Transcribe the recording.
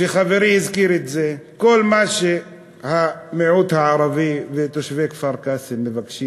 שחברי הזכיר: כל מה שהמיעוט הערבי ותושבי כפר-קאסם מבקשים,